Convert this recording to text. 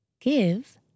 Give